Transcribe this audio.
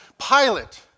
Pilate